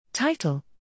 Title